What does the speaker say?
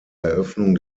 eröffnung